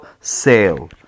sale